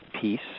peace